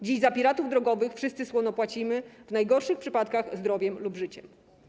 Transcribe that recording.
Dziś za piratów drogowych wszyscy słono płacimy, w najgorszych przypadkach zdrowiem lub życiem”